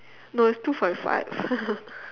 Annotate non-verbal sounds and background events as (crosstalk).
no it's two forty five (laughs)